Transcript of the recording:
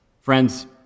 Friends